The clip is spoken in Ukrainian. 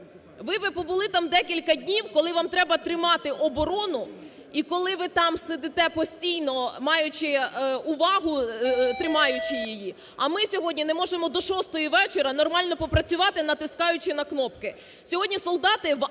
ви би побули там декілька днів, коли вам треба тримати оборону; і коли ви там сидите постійно, маючи увагу, тримаючи її. А ми сьогодні не можемо до 6 вечора нормально попрацювати, натискаючи на кнопки.